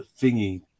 thingy